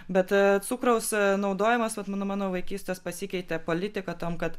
bet cukraus naudoiamas vat nu omano vaikystės pasikeitė politika tam kad